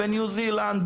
בניו זילנד,